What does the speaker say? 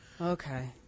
Okay